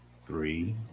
three